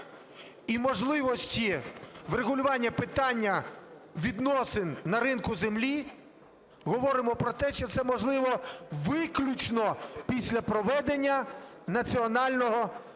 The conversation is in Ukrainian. і можливості врегулювання питання відносин на ринку землі говоримо про те, що це можливо виключно після проведення національного